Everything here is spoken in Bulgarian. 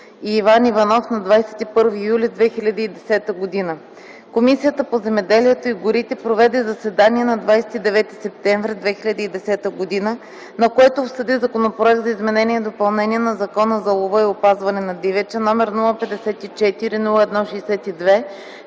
Иван Иванов на 21 юли 2010г. Комисията по земеделието и горите проведе заседание на 29 септември 2010г., на което обсъди Законопроект за изменение и допълнение на Закона за лова и опазване на дивеча, № 054-01-62,